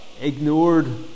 ignored